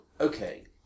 Okay